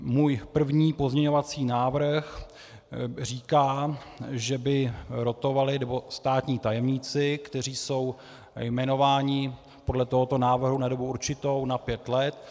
Můj první pozměňovací návrh říká, že by rotovali státní tajemníci, kteří jsou jmenováni podle tohoto návrhu na dobu určitou na pět let.